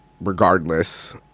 regardless